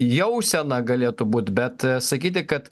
jausena galėtų būt bet sakyti kad